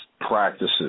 practices